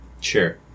Sure